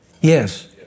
Yes